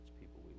people